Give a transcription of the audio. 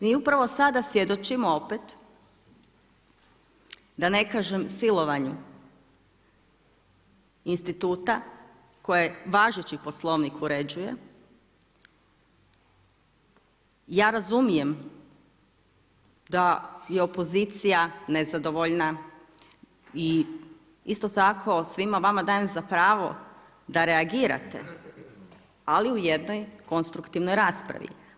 Mi upravo sada svjedočimo opet da ne kažem silovanju instituta koje važeći Poslovnik uređuje ja razumijem da je opozicija nezadovoljna i isto tako svima vama dajem za pravo da reagirate, ali u jednoj konstruktivnoj raspravi.